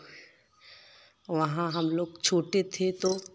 वहाँ हम लोग छोटे थे तो